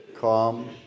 calm